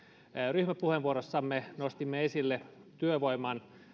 ryhmäpuheenvuorossamme nostimme esille työvoiman